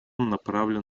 направлен